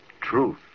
truth